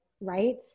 right